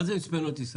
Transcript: מה זה מספנות ישראל?